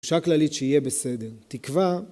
תחושה כללית שיהיה בסדר. תקווה.